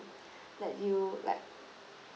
let you like